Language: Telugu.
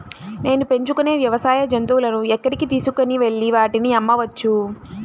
నేను పెంచుకొనే వ్యవసాయ జంతువులను ఎక్కడికి తీసుకొనివెళ్ళి వాటిని అమ్మవచ్చు?